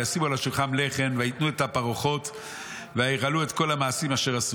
וישימו על השולחן לחם וייתנו את הפרוכות ויכלו את כל המעשים אשר עשו.